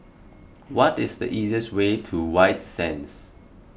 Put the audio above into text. what is the easiest way to White Sands